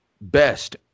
best